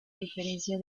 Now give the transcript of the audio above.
diferencia